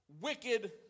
wicked